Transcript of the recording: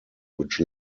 which